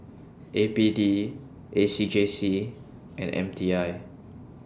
A P D A C J C and M T I